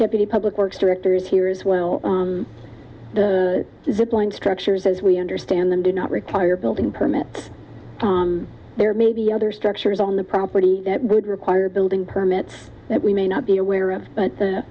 deputy public works directors here as well the point structures as we understand them do not require building permit there may be other structures on the property that would require building permits that we may not be aware of but